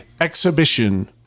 exhibition